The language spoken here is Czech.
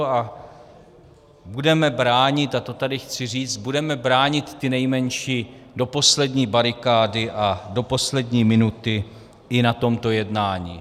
A budeme bránit, a to tady chci říct, budeme bránit ty nejmenší do poslední barikády a do poslední minuty i na tomto jednání.